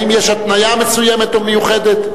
האם יש התניה מסוימת או מיוחדת?